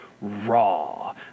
Raw